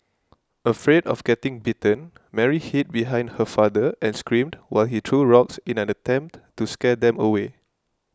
afraid of getting bitten Mary hid behind her father and screamed while he threw rocks in an attempt to scare them away